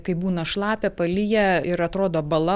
kai būna šlapia palyja ir atrodo bala